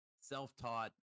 self-taught